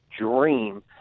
dream